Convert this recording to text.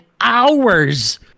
hours